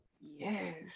Yes